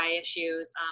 issues